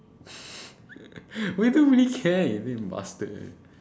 we don't really care your name bastard